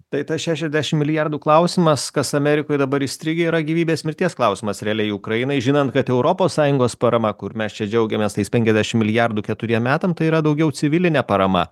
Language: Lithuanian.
tai tas šešiasdešimt milijardų klausimas kas amerikoj dabar įstrigę yra gyvybės mirties klausimas realiai ukrainai žinant kad europos sąjungos parama kur mes čia džiaugiamės tais penkiasdešimt milijardų keturiem metam tai yra daugiau civilinė parama